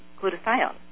glutathione